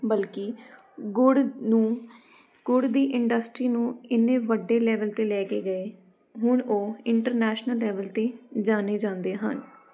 ਬਲਕਿ ਗੁੜ ਨੂੰ ਗੁੜ ਦੀ ਇੰਡਸਟਰੀ ਨੂੰ ਇੰਨੇ ਵੱਡੇ ਲੈਵਲ 'ਤੇ ਲੈ ਕੇ ਗਏ ਹੁਣ ਉਹ ਇੰਟਰਨੈਸ਼ਨਲ ਲੈਵਲ 'ਤੇ ਜਾਣੇ ਜਾਂਦੇ ਹਨ